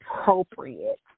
appropriate